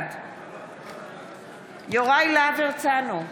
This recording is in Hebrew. בעד יוראי להב הרצנו,